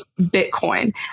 Bitcoin